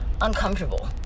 uncomfortable